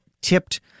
tipped